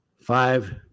five